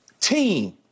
team